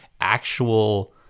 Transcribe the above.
actual